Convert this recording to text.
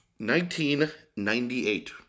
1998